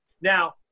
Now